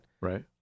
Right